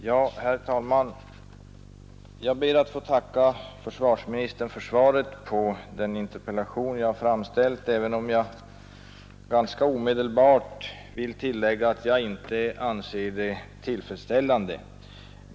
Herr talman! Jag ber att få tacka försvarsministern för svaret på min interpellation, även om jag omedelbart måste tillägga att jag inte anser det tillfredsställande.